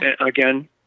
again